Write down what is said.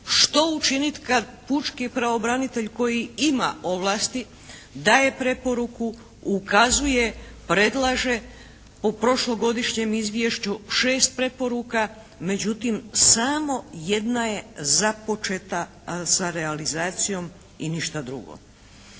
Što učiniti kad pučki pravobranitelj koji ima ovlasti daje preporuku, ukazuje, predlaže po prošlogodišnjem izvješću 6 preporuka. Međutim samo jedna je započeta sa realizacijom i ništa drugo.